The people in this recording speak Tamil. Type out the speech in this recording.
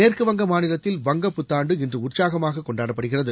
மேற்குவங்க மாநிலத்தில் வங்க புத்தாண்டு இன்று உற்சாகமாக கொண்டாடப்படுகிறது